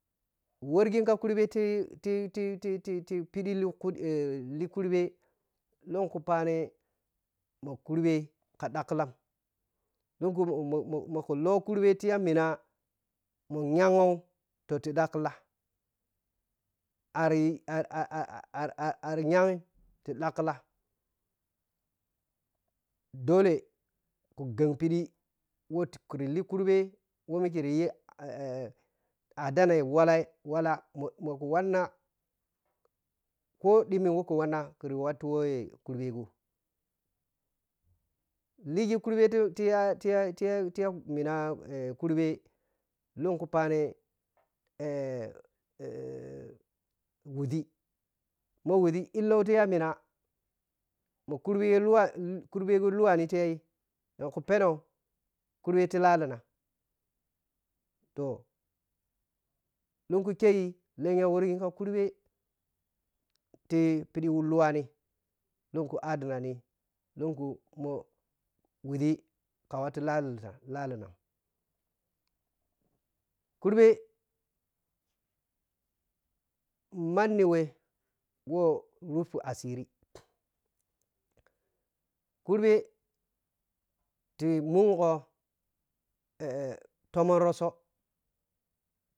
Wɔrgin kakurɓe ti-titititi, tiɓiɗi likun li kurɓe luku phani ma kurɓe ka ɗakklan lunku mo-mo-mo ku lukurɓe ti mina mo nyangho ton ti ɗike la ara ar nyaghi ta ɗakkla dolle ku ghɛ ɓiɗi wo kuri likurɓe wo mikeriyi a danai wallah momo kuwannah koh ɗimmi kɔ wanna kɔri wattuh wɛ kurɓe gho ligikurɓeti ya-ya-ya mina kurɓe lunku phani wuzzi mo wuzii illi ti yai ɗan ku pheno ti lalina toh lunku kyei lenya wɔrgin ka kurɓe ti ɓiɗi luwani lunku a ɗinani lunku mo wuȝii ka wattuh lalina kurɓe manni we wo rupi asiri kurɓe ti mungho tohmahn rutso.